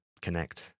connect